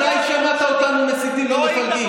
מתי אתה שמעת אותנו מסיתים ומפלגים?